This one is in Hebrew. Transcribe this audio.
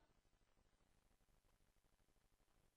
התרבות והספורט.